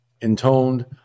intoned